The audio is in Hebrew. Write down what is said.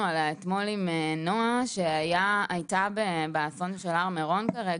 עליה אתמול עם נעה בקשר להר מירון.